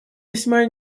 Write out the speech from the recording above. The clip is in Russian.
весьма